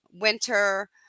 winter